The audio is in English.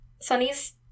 Sunny's